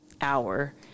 hour